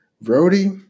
Brody